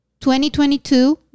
2022